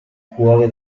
cuore